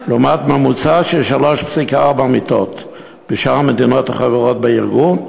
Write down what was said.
לעומת ממוצע של 3.4 מיטות בשאר המדינות החברות בארגון.